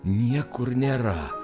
niekur nėra